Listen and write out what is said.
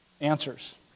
answers